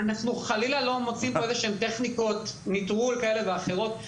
אנחנו חלילה לא מציעים פה איזשהן טכניקות נטרול כאלו ואחרות.